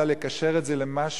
אלא לקשר את זה למשהו,